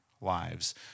lives